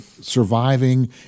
surviving